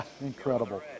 Incredible